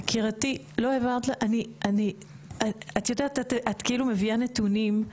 יקירתי, את כאילו מביאה נתונים.